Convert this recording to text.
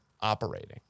operating